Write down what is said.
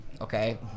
Okay